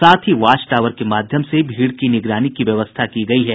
साथ ही watch tower के माध्यम से भीड़ की निगरानी की व्यवस्था की गयी है